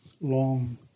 long